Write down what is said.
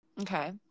okay